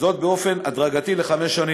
וזאת באופן הדרגתי לחמש שנים.